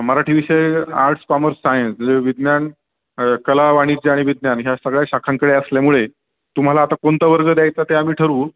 मराठी विषय arts commerce science विज्ञान कला वाणिज्य आणि विज्ञान ह्या सगळ्या शाखांकडे असल्यामुळे तुम्हाला आता कोणता वर्ग द्यायचा ते आम्ही ठरवू